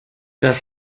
das